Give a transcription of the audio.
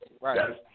Right